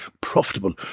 profitable